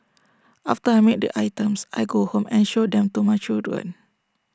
after I make the items I go home and show them to my children